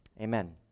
amen